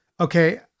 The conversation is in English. Okay